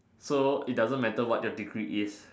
so it doesn't matter what your degree is